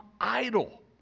idle